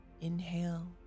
Inhale